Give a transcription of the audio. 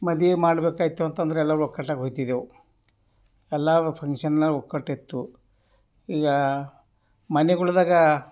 ಮದ್ವೆ ಮಾಡಬೇಕಾಯ್ತು ಅಂತಂದರೆ ಎಲ್ಲರೂ ಒಗ್ಗಟ್ಟಾಗ್ ಹೋಗ್ತಿದ್ದೆವು ಎಲ್ಲ ಫಂಕ್ಷನ್ನಾಗ ಒಗ್ಗಟ್ಟಿತ್ತು ಈಗ ಮನೆಗಳ್ದಾಗ